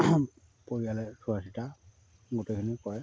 পৰিয়ালে চোৱা চিতা গোটেইখিনি কৰে